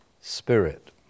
Spirit